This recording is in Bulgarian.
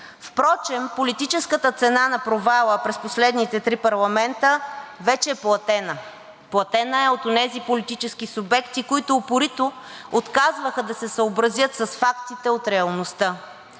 Впрочем политическата цена на провала през последните при парламента вече е платена, платена е от онези политически субекти, които упорито отказваха да се съобразят с фактите от реалността.